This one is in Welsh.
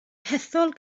hethol